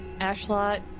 Ashlot